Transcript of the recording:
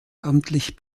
amtlich